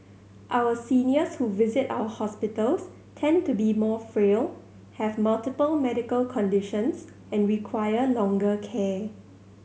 our seniors who visit our hospitals tend to be more frail have multiple medical conditions and require longer care